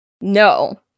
No